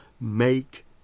make